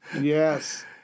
Yes